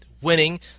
winning